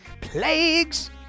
Plagues